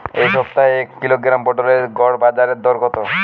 এ সপ্তাহের এক কিলোগ্রাম পটলের গড় বাজারে দর কত?